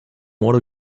water